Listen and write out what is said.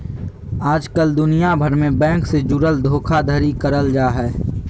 आजकल दुनिया भर मे बैंक से जुड़ल धोखाधड़ी करल जा हय